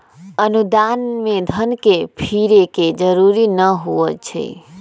अनुदान में धन के फिरे के जरूरी न होइ छइ